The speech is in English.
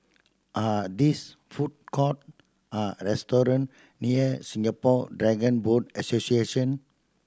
are these food court or restaurant near Singapore Dragon Boat Association